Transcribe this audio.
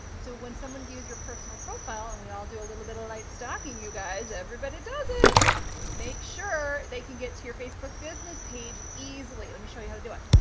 so when someone views your personal profile, and we all do a little bit of light stocking you guys, everybody does it make sure they can get to your facebook business page easily. let me show you how to do it.